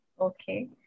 Okay